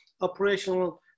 operational